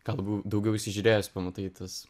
galbūt daugiau įsižiūrėjęs pamatai tas